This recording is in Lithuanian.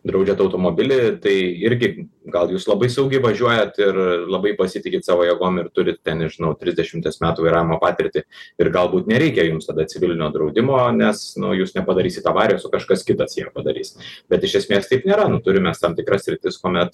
draudžiant automobilį tai irgi gal jūs labai saugiai važiuojat ir labai pasitikit savo jėgom ir turit ten nežinau trisdešimties metų vairavimo patirtį ir galbūt nereikia jums tada civilinio draudimo nes nu jūs nepadarysit avarijos o kažkas kitas ją padarys bet iš esmės taip nėra turim mes tam tikras sritis kuomet